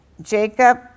Jacob